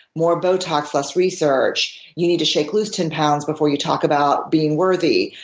more botox, less research. you need to shake loose ten pounds before you talk about being worthy.